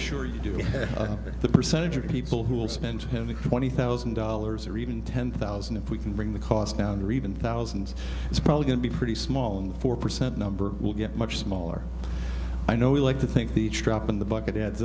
sure you do the percentage of people who will spend having twenty thousand dollars or even ten thousand if we can bring the cost down or even thousands it's probably going to be pretty small in the four percent number will get much smaller i know we like to think the trap in the bucket adds